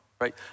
Right